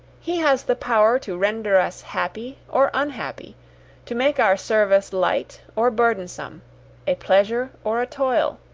he has the power to render us happy or unhappy to make our service light or burdensome a pleasure or a toil.